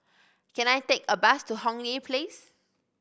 can I take a bus to Hong Lee Place